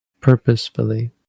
purposefully